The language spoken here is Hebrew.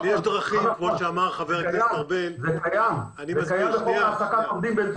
זה קיים בחוק העסקת עובדים.